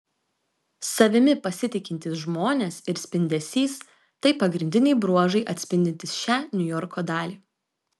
savimi pasitikintys žmonės ir spindesys tai pagrindiniai bruožai atspindintys šią niujorko dalį